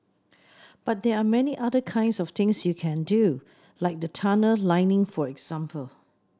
but there are many other kinds of things you can do like the tunnel lining for example